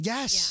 Yes